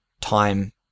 time